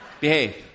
behave